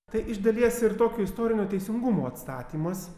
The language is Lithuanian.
tai iš dalies ir tokio istorinio teisingumo atstatymas